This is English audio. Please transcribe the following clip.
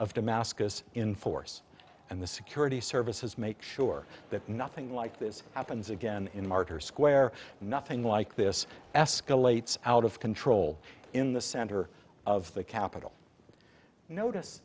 of damascus in force and the security services make sure that nothing like this happens again in martyr square nothing like this escalates out of control in the center of the capital notice